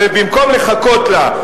ובמקום לחכות לה,